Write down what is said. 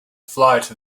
flight